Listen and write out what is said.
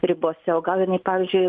ribose o gal jinai pavyzdžiui